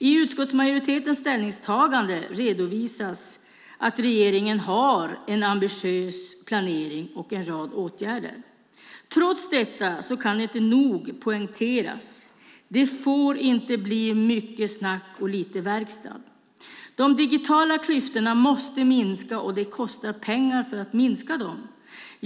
I utskottsmajoritetens ställningstagande redovisas att regeringen har en ambitiös planering och en rad åtgärder. Trots detta kan det inte nog poängteras att det inte får bli mycket snack och lite verkstad. De digitala klyftorna måste minska, och det kostar pengar att minska dem.